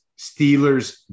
Steelers